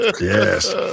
yes